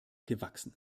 gewachsen